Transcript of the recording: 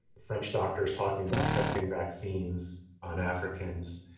french doctors talking about testing vaccines on africans.